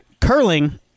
curling